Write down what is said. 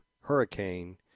hurricane